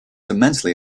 immensely